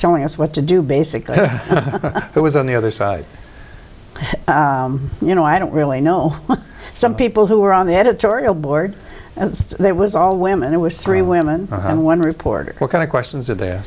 telling us what to do basically who was on the other side you know i don't really know some people who were on the editorial board and that was all women it was three women and one reporter what kind of questions that the